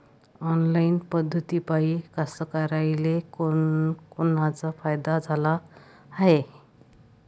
Online पद्धतीपायी कास्तकाराइले कोनकोनचा फायदा झाला हाये?